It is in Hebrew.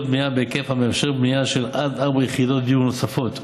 בנייה בהיקף המאפשר בנייה של עד ארבע יחידות דיור נוספות,